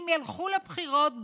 אם ילכו לבחירות,